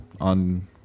on